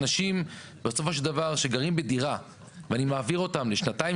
אנשים שגרים בדירה ואני מעביר אותם לשנתיים